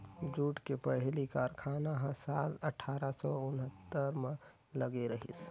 jute के पहिली कारखाना ह साल अठारा सौ उन्हत्तर म लगे रहिस